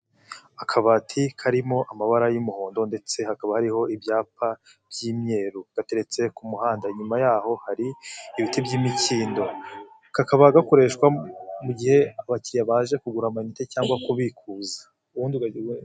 Akabati karimo amabara y'umuhondo ndetse hakaba hariho ibyapa, by'imyeru. Gateretse ku muhanda nyuma yaho hari, ibiti by'imikindo. Kakaba gakoreshwa mu gihe abakiriya baje kugura amayinite cyangwa kubikuza.